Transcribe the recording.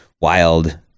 wild